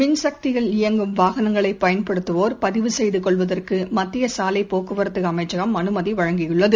மின் சக்தியில் இயங்கும் வாகனங்களைப் பயன்படுத்தவோர் பதிவு செய்துகொள்ளுவதற்குமத்தியசாலைப் போக்குவரத்துஅமைச்சகம் அனுமதிவழங்கியுள்ளது